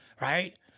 Right